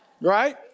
right